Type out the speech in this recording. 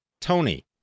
Tony